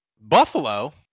Buffalo